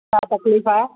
छा तकलीफ़ु आहे